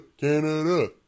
Canada